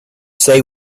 say